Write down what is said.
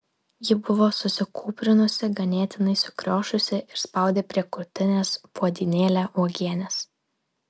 ji buvo susikūprinusi ganėtinai sukriošusi ir spaudė prie krūtinės puodynėlę uogienės